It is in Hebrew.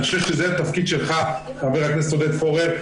אני חושב שזה התפקיד שלך, חבר הכנסת עודד פורר.